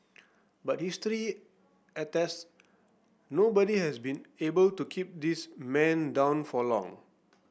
but history attests nobody has been able to keep this man down for long